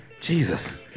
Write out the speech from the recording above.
Jesus